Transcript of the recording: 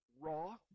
raw